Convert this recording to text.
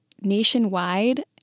nationwide